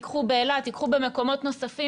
תיקחו באילת ובמקומות נוספים,